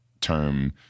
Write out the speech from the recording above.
term